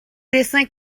dessins